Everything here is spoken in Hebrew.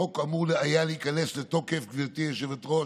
החוק אמור היה להיכנס לתוקף, גברתי היושבת-ראש,